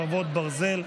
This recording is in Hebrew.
חרבות ברזל),